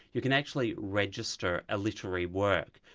you can actually register a literary work,